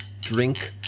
drink